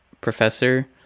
professor